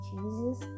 Jesus